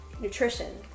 nutrition